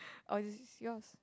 orh this is yours